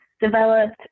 developed